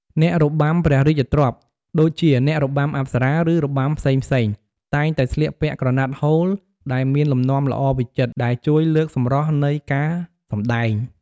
អ្នករបាំព្រះរាជទ្រព្យ ដូចជាអ្នករបាំអប្សរា ឬរបាំផ្សេងៗ តែងតែស្លៀកពាក់ក្រណាត់ហូលដែលមានលំនាំល្អវិចិត្រ ដែលជួយលើកសម្រស់នៃការសម្តែង។